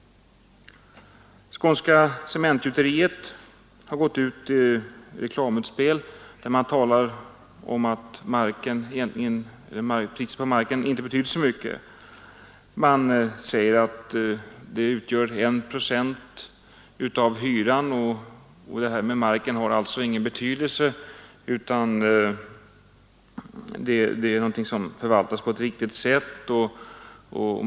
Skånska Cementgjuteriet har gjort ett reklamutspel och talar där om att priset på marken inte betyder så mycket. Det sägs att markkostnaden utgör 1 procent av hyran och att markens pris inte har någon betydelse, utan att marken förvaltas på ett riktigt sätt.